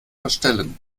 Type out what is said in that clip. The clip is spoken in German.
verstellen